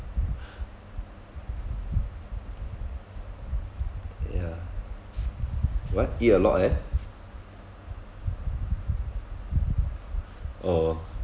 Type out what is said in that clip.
yeah what eat a lot and oh